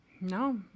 No